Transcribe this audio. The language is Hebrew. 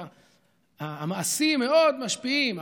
שהמעשים מאוד משפיעים,